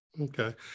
Okay